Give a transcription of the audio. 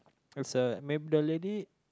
it's a mayb~ the lady